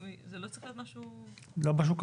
זה לא צריך להיות משהו --- לא משהו קבוע.